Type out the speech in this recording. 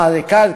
מה, זה קל?